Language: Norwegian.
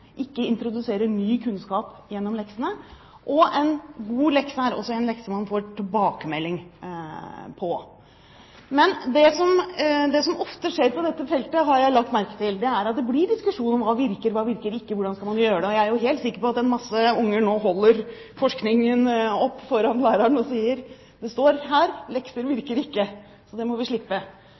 introduserer ikke ny kunnskap gjennom leksene. En god lekse er også en lekse man får tilbakemelding på. Det som ofte skjer på dette feltet, har jeg lagt merke til, er at det blir diskusjon: Hva virker, hva virker ikke, og hvordan skal man gjøre det? Jeg er helt sikker på at en masse unger nå holder forskningen opp foran læreren og sier: Det står her – lekser virker ikke, så det må vi slippe!